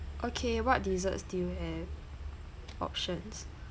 okay what dessert still and options